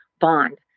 bond